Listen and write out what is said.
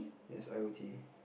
yes I O T